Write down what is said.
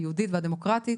היהודית והדמוקרטית.